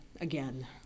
again